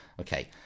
Okay